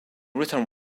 written